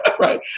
right